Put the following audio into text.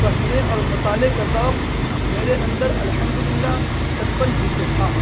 پڑھنے اور مطالعے کا ذوق میرے اندر الحمد لِلّہ بچپن ہی سے تھا